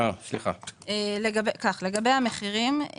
לגבי המחירים,